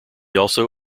also